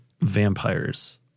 vampires